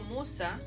Musa